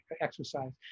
exercise